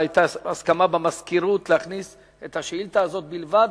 והיתה הסכמה במזכירות להכניס את השאילתא הזאת בלבד,